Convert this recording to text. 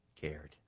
cared